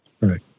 Right